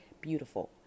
Beautiful